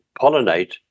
pollinate